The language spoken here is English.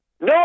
No